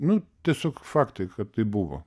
nu tiesiog faktai kad tai buvo